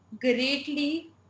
greatly